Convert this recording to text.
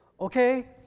okay